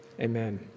Amen